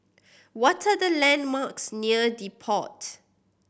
what are the landmarks near The Pod